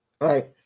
right